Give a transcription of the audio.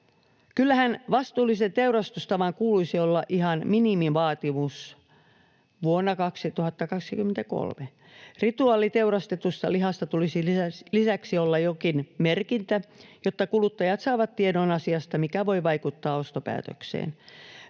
Kyllähän vastuullisen teurastustavan kuuluisi olla ihan minimivaatimus vuonna 2023. Rituaaliteurastetusta lihasta tulisi lisäksi olla jokin merkintä, jotta kuluttajat saavat tiedon asiasta, mikä voi vaikuttaa ostopäätökseen.